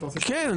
כן,